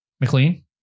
McLean